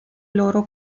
loro